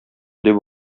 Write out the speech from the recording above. дип